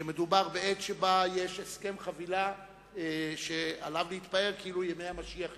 שמדובר בעת שבה יש הסכם חבילה שעליו יש להתפאר כאילו ימי המשיח הגיעו.